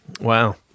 Wow